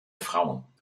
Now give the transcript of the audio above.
frauen